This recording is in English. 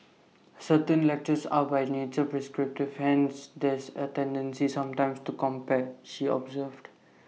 certain lectures are by nature prescriptive hence there's A tendency sometimes to compare she observed